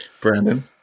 Brandon